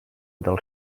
del